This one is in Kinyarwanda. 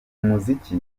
muziki